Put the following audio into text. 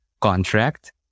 contract